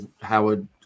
Howard